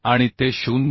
आणि ते 0